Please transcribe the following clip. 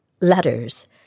letters